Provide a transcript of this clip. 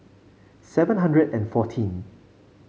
seven hundred and fourteen